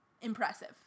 impressive